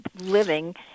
living